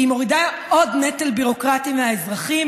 מורידה עוד נטל ביורוקרטי מהאזרחים.